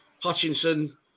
Hutchinson